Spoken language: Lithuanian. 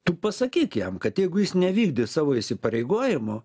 tu pasakyk jam kad jeigu jis nevykdys savo įsipareigojimų